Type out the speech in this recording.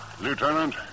Lieutenant